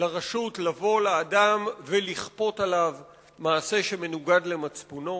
לרשות לבוא לאדם ולכפות עליו לעשות מעשה שמנוגד למצפונו.